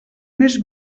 més